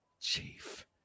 chief